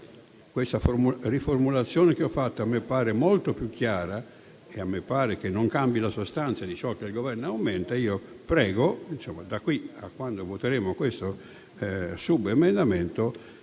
questa riformulazione che ho fatto a me pare molto più chiara e a me pare che non cambi la sostanza di ciò che il Governo ha in mente, prego da qui a quando voteremo questo subemendamento